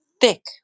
thick